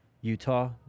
Utah